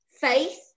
Faith